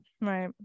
Right